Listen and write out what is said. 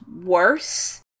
worse